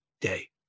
day